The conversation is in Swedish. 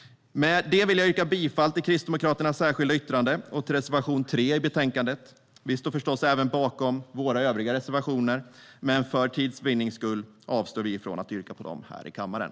Med det vill jag hänvisa till Kristdemokraternas särskilda yttrande och yrka bifall till vår reservation 3 i betänkandet. Vi står förstås även bakom våra övriga reservationer, men för tids vinnande avstår jag från att yrka bifall till dem här i kammaren.